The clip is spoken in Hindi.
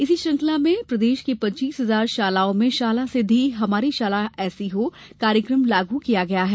इसी श्रंखला में प्रदेश की पच्चीस हजार शालाओं में शाला सिद्धि हमारी शाला ऐसी हो कार्यकम लागू किया गया है